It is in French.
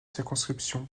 circonscription